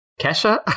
Kesha